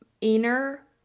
inner